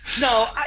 No